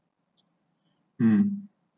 um